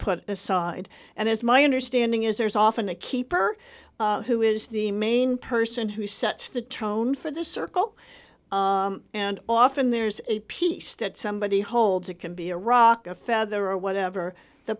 put aside and as my understanding is there's often a keeper who is the main person who sets the tone for the circle and often there's a piece that somebody holds a can be a rock a feather or whatever the